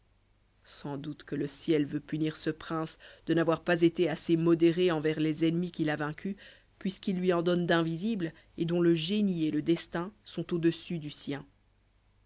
sans doute que le ciel veut punir ce prince de n'avoir pas été assez modéré envers les ennemis qu'il a vaincus puisqu'il lui en donne d'invisibles et dont le génie et le destin sont au-dessus du sien